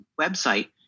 website